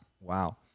Wow